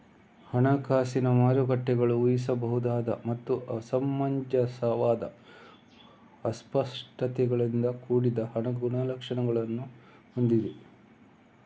ಹಣಕಾಸಿನ ಮಾರುಕಟ್ಟೆಗಳು ಊಹಿಸಬಹುದಾದ ಮತ್ತು ಅಸಮಂಜಸವಾದ ಅಸ್ಪಷ್ಟತೆಗಳಿಂದ ಕೂಡಿದ ಗುಣಲಕ್ಷಣಗಳನ್ನು ಹೊಂದಿವೆ